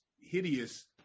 hideous